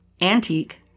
antique